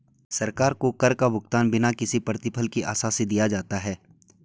सरकार को कर का भुगतान बिना किसी प्रतिफल की आशा से दिया जाता है